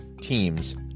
teams